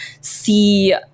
see